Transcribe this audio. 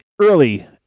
early